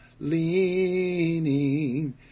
Leaning